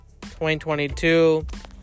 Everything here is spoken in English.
2022